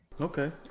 Okay